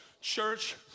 Church